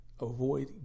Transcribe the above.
avoid